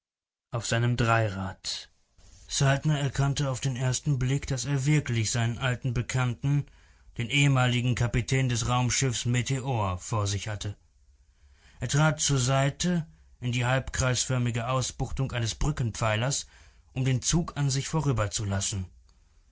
auf seinem dreirad saltner erkannte auf den ersten blick daß er wirklich seinen alten bekannten den ehemaligen kapitän des raumschiffs meteor vor sich hatte er trat zur seite in die halbkreisförmige ausbuchtung eines brückenpfeilers um den zug an sich vorüberzulassen